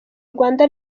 rwanda